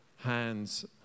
hands